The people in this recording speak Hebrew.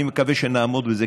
ואני מקווה שנעמוד בזה,